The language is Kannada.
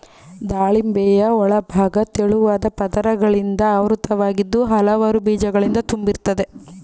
ದಾಳಿಂಬೆಯ ಒಳಭಾಗ ತೆಳುವಾದ ಪದರಗಳಿಂದ ಆವೃತವಾಗಿದ್ದು ಹಲವಾರು ಬೀಜಗಳಿಂದ ತುಂಬಿರ್ತದೆ